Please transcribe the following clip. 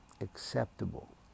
acceptable